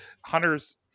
hunters